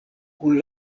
kun